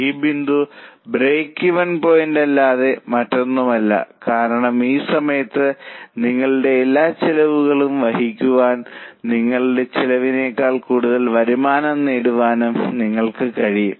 ഈ ബിന്ദു ബ്രേക്ക്ഈവൻ പോയിന്റല്ലാതെ മറ്റൊന്നുമല്ല കാരണം ഈ സമയത്ത് നിങ്ങളുടെ എല്ലാ ചെലവുകളും വഹിക്കാനും നിങ്ങളുടെ ചെലവിനേക്കാൾ കൂടുതൽ വരുമാനം നേടാനും നിങ്ങൾക്ക് കഴിയും